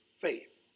faith